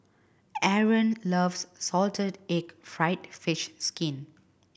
Aron loves salted egg fried fish skin